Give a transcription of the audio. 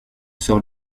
sur